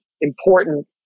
important